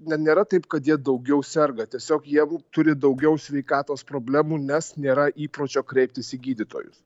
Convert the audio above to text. ne nėra taip kad jie daugiau serga tiesiog jie turi daugiau sveikatos problemų nes nėra įpročio kreiptis į gydytojus